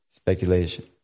Speculation